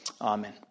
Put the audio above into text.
Amen